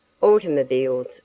Automobiles